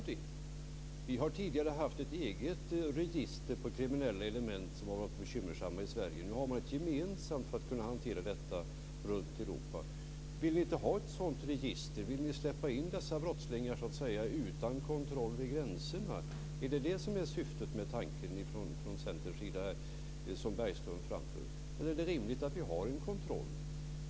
Vi har tidigare haft ett eget register över kriminella element som har varit bekymmersamma i Sverige. Nu har man ett gemensamt för att kunna hantera detta runt Europa. Vill ni inte ha ett sådant register? Vill ni släppa in dessa brottslingar utan kontroll vid gränserna? Är det syftet med tanken från Centerns sida, som Bergström framför? Eller är det rimligt att vi har en kontroll?